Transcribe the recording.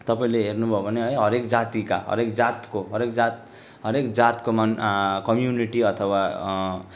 तपाईँले हेर्नु भयो भने है हरएक जातिका हरएक जातको हरएक जात हरएक जातको मन् कम्युनिटी अथवा